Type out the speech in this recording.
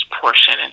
portion